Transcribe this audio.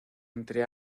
entre